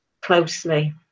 closely